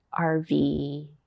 RV